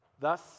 Thus